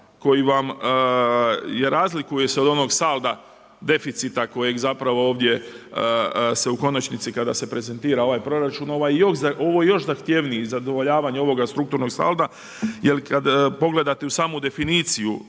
koji vam je razlikuje se od onog salda deficita kojeg zapravo ovdje se u konačnici kada se prezentira ovaj proračun ovo je još zahtjevniji zadovoljavanje ovoga strukturnog salda jer kad pogledate u samu definiciju,